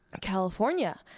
California